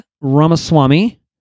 Ramaswamy